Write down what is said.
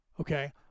okay